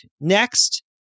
next